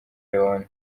leone